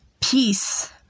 peace